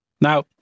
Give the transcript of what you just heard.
Now